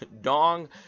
dong